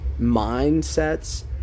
mindsets